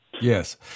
Yes